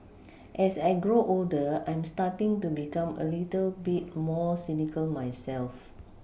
as I grow older I'm starting to become a little bit more cynical myself